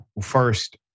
first